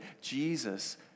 Jesus